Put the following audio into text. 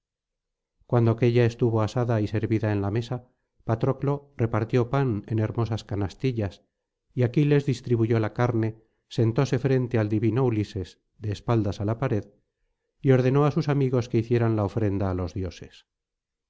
cuando aquélla estuvo asada y servida en la mesa patroclo repartió pan en hermosas canastillas y aquiles distribuyó la carne sentóse frente al divino ulises de espaldas á la pared y ordenó á su amigo que hiciera la ofrenda á los dioses